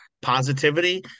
positivity